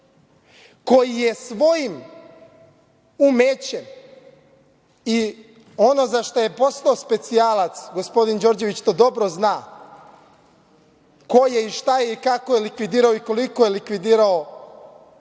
koji je svojim umećem i ono za šta je postao specijalac, gospodin Đorđević to dobro zna ko je i šta je i kako je likvidirao i koliko je likvidirao,